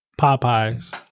Popeyes